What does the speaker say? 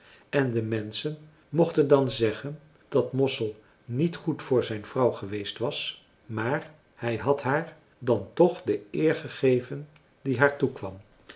en de menschen mochten dan zeggen dat mossel niet goed voor zijn vrouw geweest was maar hij had haar dan toch de eer gegeven die haar toekwam